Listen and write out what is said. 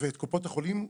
ואת קופות החולים.